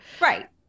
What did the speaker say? Right